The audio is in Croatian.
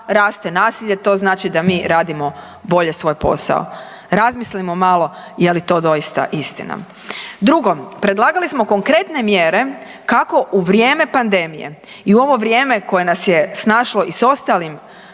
raste nasilje, to znači da mi radimo bolje svoj posao. Razmislimo malo je li to doista istina. Drugo, predlagali smo konkretne mjere kako u vrijeme pandemije i ovo vrijeme koje nas je snašlo i s ostalim